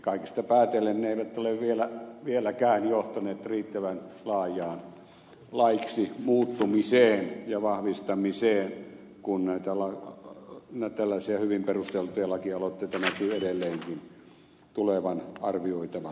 kaikesta päätellen ne eivät ole vieläkään johtaneet riittävän laajaan laiksi muuttumiseen ja vahvistamiseen kun näitä tällaisia hyvin perusteltuja laki aloitteita näkyy edelleenkin tulevan arvioitava